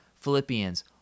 Philippians